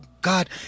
god